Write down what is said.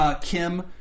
Kim